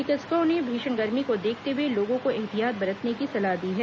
चिकित्सकों ने भीषण गर्मी को देखते हुए लोगों को ऐहतियात बरतने की सलाह दी है